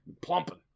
Plumping